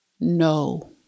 no